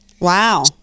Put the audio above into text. Wow